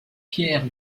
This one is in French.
pierre